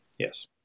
Yes